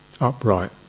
upright